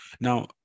now